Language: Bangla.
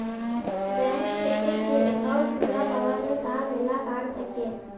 ব্যাঙ্ক থেক্যে যে একউন্ট গুলা পাওয়া যায় তার ম্যালা কার্ড থাক্যে